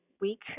week